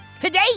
Today